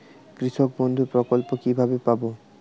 কৃষকবন্ধু প্রকল্প কিভাবে পাব?